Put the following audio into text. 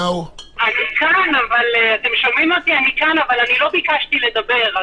אני כאן אבל אני לא ביקשתי לדבר,